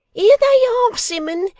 here they are, simmun!